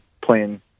playing